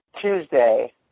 Tuesday